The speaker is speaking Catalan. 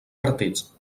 partits